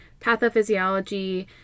pathophysiology